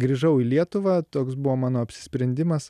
grįžau į lietuvą toks buvo mano apsisprendimas